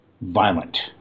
violent